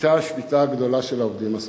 היתה השביתה הגדולה של העובדים הסוציאליים.